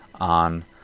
on